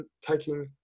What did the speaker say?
taking